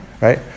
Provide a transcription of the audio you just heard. right